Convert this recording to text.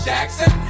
Jackson